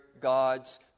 God's